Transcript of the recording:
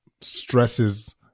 stresses